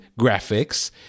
graphics